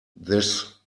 this